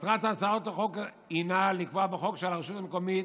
מטרת הצעת החוק היא לקבוע בחוק שעל הרשות המקומית